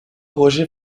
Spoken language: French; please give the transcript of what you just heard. roger